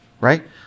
right